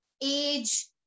age